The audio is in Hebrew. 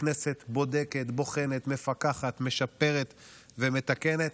הכנסת בודקת, בוחנת, מפקחת, משפרת ומתקנת.